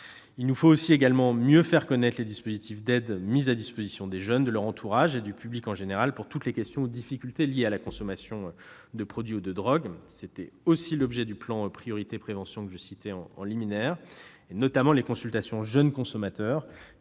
Il nous faut aussi également mieux faire connaître les dispositifs d'aide mis à disposition des jeunes, de leur entourage et du public en général, pour toutes les questions ou difficultés liées à la consommation de produits ou de drogues. C'est aussi l'objet du plan Priorité prévention que j'ai évoqué au début de mon intervention. Je pense en particulier aux Consultations jeunes consommateurs,